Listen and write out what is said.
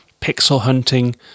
pixel-hunting